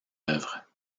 œuvre